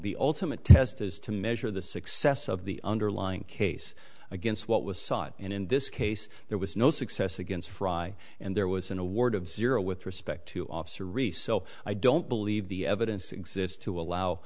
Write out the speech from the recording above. the ultimate test is to measure the success of the underlying case against what was sought and in this case there was no success against frye and there was an award of zero with respect to officer ri so i don't believe the evidence exists to allow